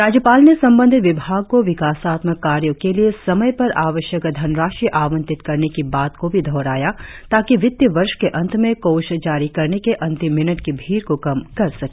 राज्यपाल ने संबंधित विभाग को विकासात्मक कार्यों के लिए समय पर आवश्यक धनराशि आंवटित करने की बात को भी दोहराया ताकि वित्तीय वर्ष के अंत में कोष जारी करने के अंतिम मिनट की भीड़ को कम कर सके